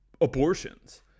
Abortions